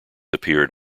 appeared